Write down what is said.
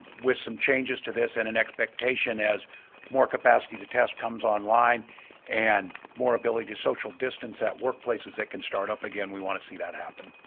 with some changes to this and an expectation as more capacity to test comes online and more ability to social distance at workplaces that can start up again, we want to see that happen?